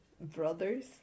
brothers